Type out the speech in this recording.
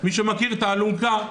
מי שמכיר את האלונקה,